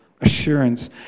assurance